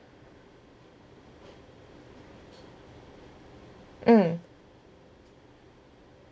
mm